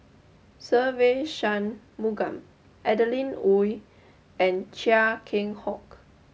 Se Ve Shanmugam Adeline Ooi and Chia Keng Hock